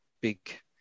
big